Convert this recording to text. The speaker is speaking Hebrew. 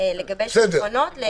לגבש עקרונות.